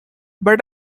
but